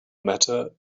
matter